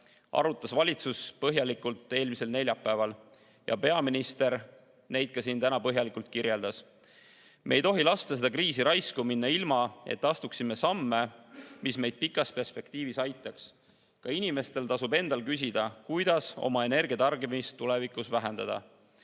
arutas valitsus põhjalikult eelmisel neljapäeval. Peaminister neid samme siin täna ka põhjalikult kirjeldas. Me ei tohi lasta seda kriisi raisku minna ilma, et astuksime samme, mis meid pikas perspektiivis aitaks. Ka inimestel tasub endalt küsida, kuidas oma energiatarbimist tulevikus vähendada.